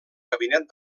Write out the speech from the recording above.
gabinet